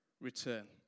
return